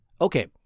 Okay